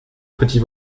petit